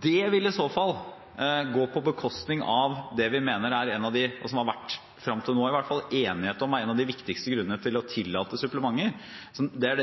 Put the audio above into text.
Det vil i så fall gå på bekostning av det vi mener – og som det i hvert fall frem til nå har vært enighet om – er en av de viktigste grunnene til å tillate supplementer. Det har